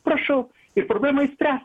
prašau ir problemą išspręs